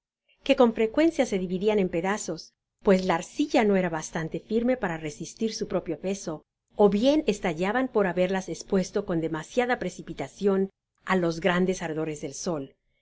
que con frecuencia se dividian en pedazos pues la arcilla no era bastante firme para resistir á su propio peso ó bien estallaban por haberlas espuesto con demasiada precipitacion á los grandes ardores del sol